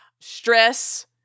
stress